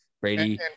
brady